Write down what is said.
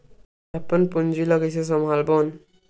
अपन पूंजी ला कइसे संभालबोन?